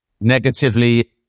negatively